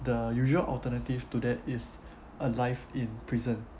the usual alternative to that is a life in prison